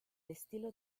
estilo